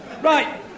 right